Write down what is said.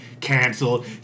canceled